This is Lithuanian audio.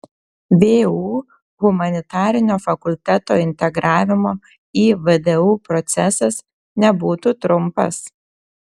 vu humanitarinio fakulteto integravimo į vdu procesas nebūtų trumpas